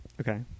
Okay